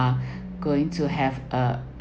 are going to have a